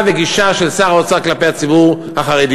וגישה של שר האוצר כלפי הציבור החרדי,